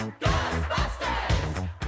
Ghostbusters